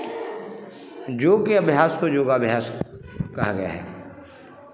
योग के अभ्यास को योगाभ्यास कहा गया है